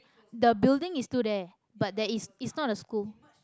the building is still there but there is is not a school